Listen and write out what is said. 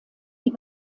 die